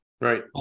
Right